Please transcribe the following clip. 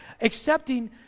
accepting